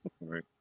right